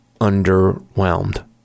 underwhelmed